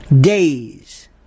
days